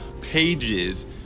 pages